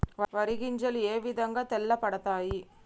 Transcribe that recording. వరి గింజలు ఏ విధంగా తెల్ల పడతాయి?